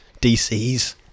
DCs